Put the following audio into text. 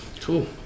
Cool